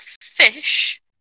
fish